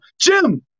Jim